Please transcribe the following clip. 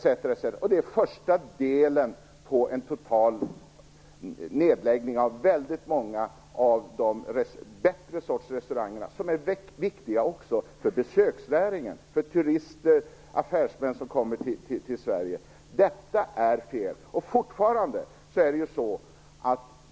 Detta är första delen av en nedläggning av väldigt många av de bättre restaurangerna, som är viktiga också för besöksnäringen, för turister och affärsmän som kommer till Sverige. Detta är fel.